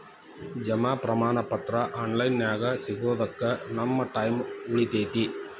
ಜಮಾ ಪ್ರಮಾಣ ಪತ್ರ ಆನ್ ಲೈನ್ ನ್ಯಾಗ ಸಿಗೊದಕ್ಕ ನಮ್ಮ ಟೈಮ್ ಉಳಿತೆತಿ